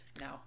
No